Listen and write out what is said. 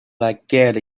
laquelle